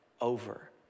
over